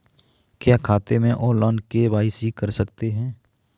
क्या खाते में ऑनलाइन के.वाई.सी कर सकते हैं?